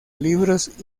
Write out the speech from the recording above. libros